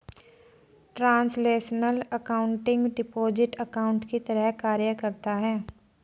translational accounting deposit account की तरह कार्य करता है